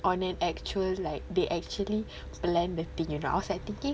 on an actual like they actually plan the thing you know I was like thinking